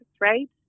right